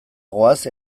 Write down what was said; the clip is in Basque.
goaz